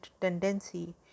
tendency